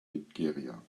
nigeria